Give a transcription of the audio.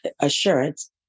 assurance